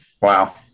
wow